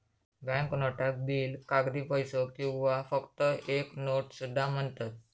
bank नोटाक bill, कागदी पैसो किंवा फक्त एक नोट सुद्धा म्हणतत